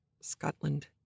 Scotland